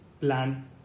plan